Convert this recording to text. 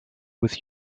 with